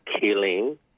killing